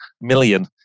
million